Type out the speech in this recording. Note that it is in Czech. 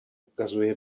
ukazuje